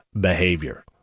behavior